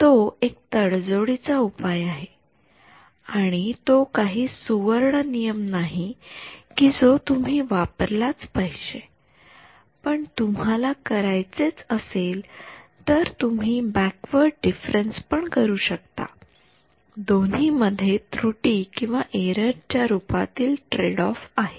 तर तो एक तडजोडीचा उपाय आहे आणि तो काही सुवर्ण नियम नाही कि जो तुम्ही वापरलाच पाहिजे जर तुम्हाला करायचेच असेल तर तुम्ही बॅकवर्ड डिफरन्स पण करू शकता दोन्ही मध्ये त्रुटीएरर च्या रूपातील ट्रेडऑफ आहे